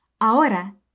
Ahora